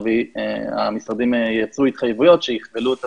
המשרדים ייַצרו התחייבויות שיכבלו את